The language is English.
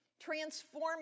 Transform